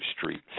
Street